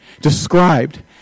described